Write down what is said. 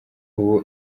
ubu